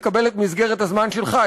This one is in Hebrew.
לקבל את מסגרת הזמן שלך,